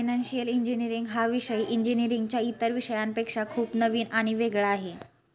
financial engineering हा विषय इंजिनीअरिंगच्या इतर विषयांपेक्षा खूप नवीन आणि वेगळा आहे